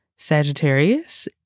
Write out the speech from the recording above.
Sagittarius